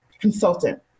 consultant